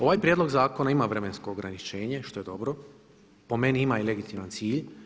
Ovaj prijedlog zakona ima vremensko ograničenje što je dobro, po meni ima i legitiman cilj.